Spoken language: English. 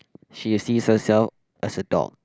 she sees herself as a dog